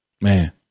Man